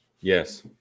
Yes